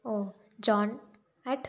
oh john at